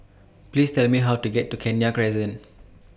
Please Tell Me How to get to Kenya Crescent